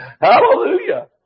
Hallelujah